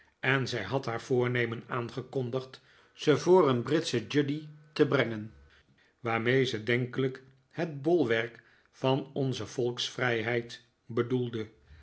en zij had haar voornemen aangekondigd ze voor een britsche judy te brengen waarmee zij denkelijk het bolwerk van onze volksvrijheid bedoelde